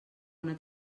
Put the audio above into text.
una